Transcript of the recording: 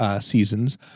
seasons